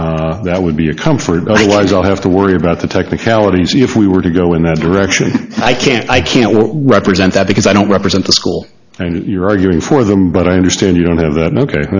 and that would be a comfort otherwise i'll have to worry about the technicalities if we were to go in that direction i can't i can't represent that because i don't represent the school and you're arguing for them but i understand you don't have